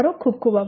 ખુબ ખુબ આભાર